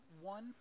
one